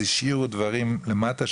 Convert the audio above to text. אז השאירו דברים למטה,